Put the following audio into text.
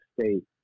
state